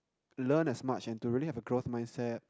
learn as much and to really have a growth mindset